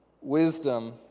wisdom